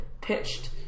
pitched